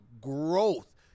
growth